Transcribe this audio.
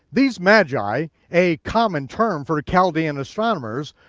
these magi, a common term for chaldean astronomers,